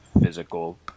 physical